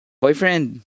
boyfriend